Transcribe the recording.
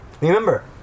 Remember